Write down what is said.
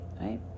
right